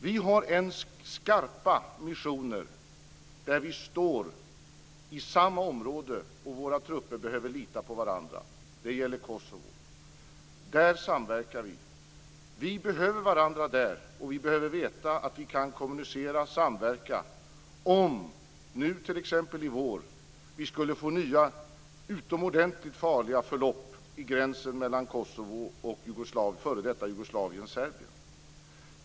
Vi har skarpa missioner där vi står i samma område, och våra trupper behöver lita på varandra. Det gäller Kosovo. Där samverkar vi. Vi behöver varandra där, och vi behöver veta att vi kan kommunicera och samverka om det nu t.ex. i vår skulle bli nya utomordentligt farliga förlopp i gränsen mellan Kosovo och f.d. Jugoslavien och Serbien.